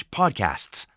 podcasts